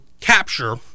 capture